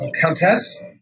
Countess